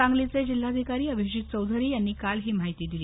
सांगलीचे जिल्हाधिकारी अभिजित चौधरी यांनी काल ही माहिती दिली